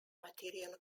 material